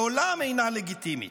לעולם אינה לגיטימית.